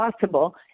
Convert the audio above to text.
possible